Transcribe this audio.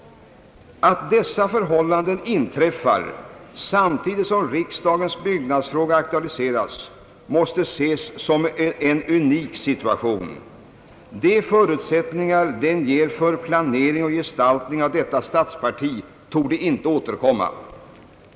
"Att dessa förhållanden = inträffar samtidigt som riksdagens byggnads fråga aktualiseras måste ses som en unik situation. De förutsättningar den ger för planering och gestaltning av detta stadsparti torde inte återkomma.